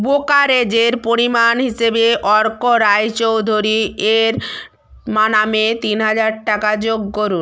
ব্রোকারেজের পরিমাণ হিসেবে অর্ক রায়চৌধুরী এর মা নামে তিন হাজার টাকা যোগ করুন